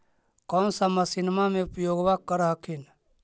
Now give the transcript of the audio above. कौन सा मसिन्मा मे उपयोग्बा कर हखिन?